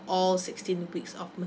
all sixteen weeks of maternity